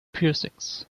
piercings